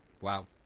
wow